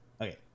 okay